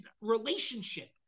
relationship